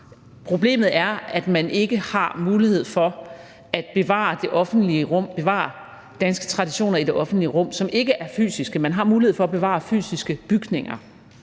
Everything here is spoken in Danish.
Problemet er, at man ikke har mulighed for at bevare danske traditioner i det offentlige rum, som ikke er fysiske. Man har mulighed for at bevare fysiske bygninger,